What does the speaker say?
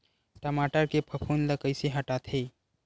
टमाटर के फफूंद ल कइसे हटाथे?